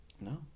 No